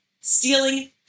stealing